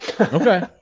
Okay